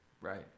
right